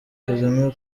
kagame